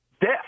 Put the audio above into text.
death